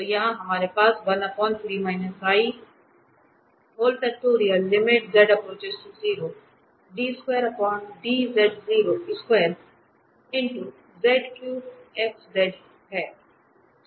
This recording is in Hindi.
तो यहां हमारे पास है